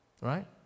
right